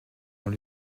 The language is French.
dans